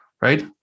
right